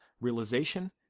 realization